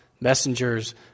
messengers